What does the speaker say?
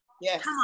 yes